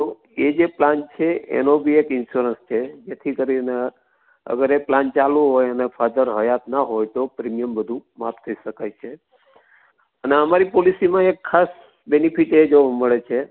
તો એ જે પ્લાન છે એનો બી એક ઇન્સ્યુરન્સ છે જેથી કરીને અગર એ પ્લાન ચાલુ હોય અને ફાધર હયાત ન હોય તો પ્રીમિયમ વધુ માફ થઇ શકાય છે અને અમારી પોલિસીમાં એક ખાસ બેનિફિટ એ જોવા મળે છે